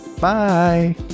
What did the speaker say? Bye